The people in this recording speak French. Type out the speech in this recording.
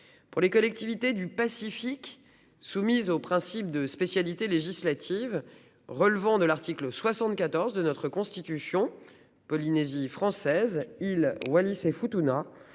Pour les collectivités du Pacifique, soumises au principe de spécialité législative, relevant de l'article 74 de la Constitution- la Polynésie française et les îles Wallis et Futuna